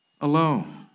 alone